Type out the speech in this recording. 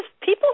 people